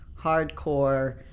hardcore